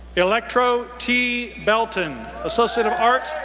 electro t. belton, associate of arts,